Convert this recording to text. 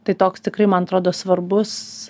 tai toks tikrai man atrodo svarbus